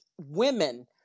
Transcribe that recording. women